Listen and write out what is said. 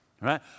Right